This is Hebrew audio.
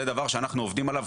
זה דבר שאנחנו עובדים עליו,